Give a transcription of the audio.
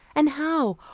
and how?